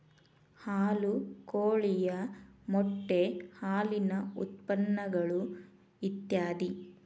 ಹಾಲು ಕೋಳಿಯ ಮೊಟ್ಟೆ ಹಾಲಿನ ಉತ್ಪನ್ನಗಳು ಇತ್ಯಾದಿ